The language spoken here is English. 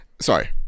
sorry